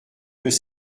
deux